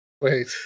Wait